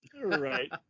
Right